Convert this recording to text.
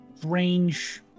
Range